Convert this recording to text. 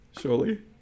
Surely